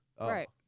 Right